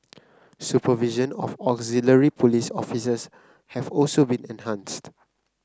supervision of auxiliary police officers have also been enhanced